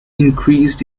increased